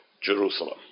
Jerusalem